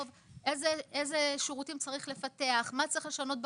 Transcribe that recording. איזה שירותים צריך לפתח ומה צריך לשנות בחקיקה.